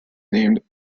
named